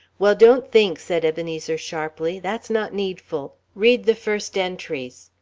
well, don't think, said ebenezer, sharply that's not needful. read the first entries.